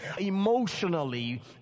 emotionally